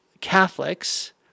Catholics